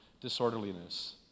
disorderliness